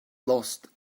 lost